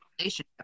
relationship